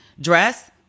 dress